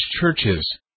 churches